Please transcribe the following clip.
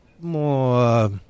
more